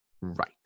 Right